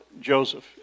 Joseph